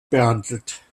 behandelt